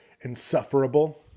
insufferable